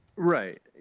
Right